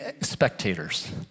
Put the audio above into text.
spectators